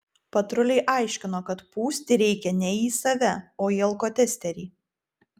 patruliai aiškino kad pūsti reikia ne į save o į alkotesterį